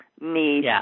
need